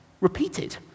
Repeated